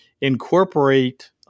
incorporate